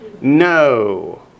No